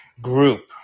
group